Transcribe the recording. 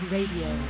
Radio